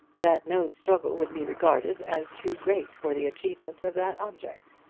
that no struggle would be regarded as too great for the achievement of that object.